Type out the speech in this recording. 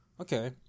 Okay